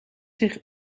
zich